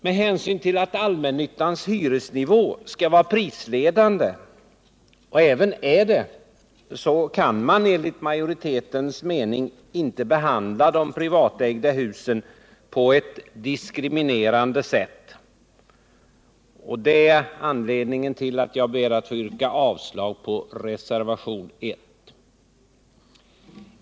Med hänsyn till att allmännyttans hyresnivå skall vara prisledande och även är det kan man enligt majoritetens mening inte behandla de privatägda husen på ett diskriminerande sätt. Det är anledningen till att jag ber att få yrka avslag på reservationen 1.